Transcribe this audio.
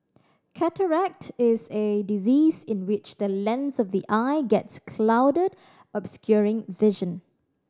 cataract is a disease in which the lens of the eye gets clouded obscuring vision